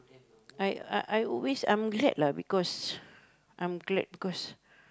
I I I always I'm glad lah because I'm glad because